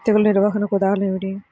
తెగులు నిర్వహణకు ఉదాహరణలు ఏమిటి?